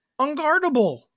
Unguardable